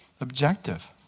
objective